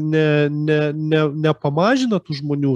ne ne ne nepamažino tų žmonių